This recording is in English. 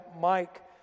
Mike